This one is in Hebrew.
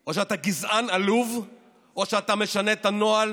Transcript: או שאתה גזען עלוב או שאתה משנה את הנוהל